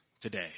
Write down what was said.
today